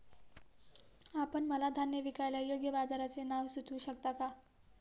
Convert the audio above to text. आपण मला धान्य विकायला योग्य बाजाराचे नाव सुचवू शकता का?